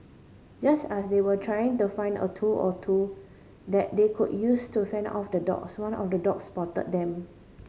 just as they were trying to find a tool or two that they could use to fend off the dogs one of the dogs spotted them